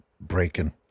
Breaking